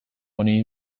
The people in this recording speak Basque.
honi